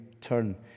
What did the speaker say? turn